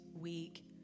week